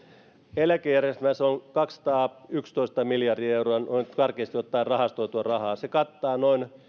eläkejärjestelmässä on kaksisataayksitoista miljardia euroa noin karkeasti ottaen rahastoitua rahaa se kattaa noin